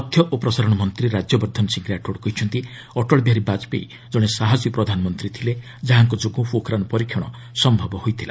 ତଥ୍ୟ ଓ ପ୍ରସାରଣ ମନ୍ତ୍ରୀ ରାଜ୍ୟବର୍ଦ୍ଧନ ସିଂ ରାଠୋଡ଼୍ କହିଛନ୍ତି ଅଟଳ ବିହାରୀ ବାଜପେୟୀ ଜଣେ ସାହସୀ ପ୍ରଧାନମନ୍ତ୍ରୀ ଥିଲେ ଯାହାଙ୍କ ଯୋଗୁଁ ପୋଖରାନ୍ ପରୀକ୍ଷଣ ସମ୍ଭବ ହୋଇଥିଲା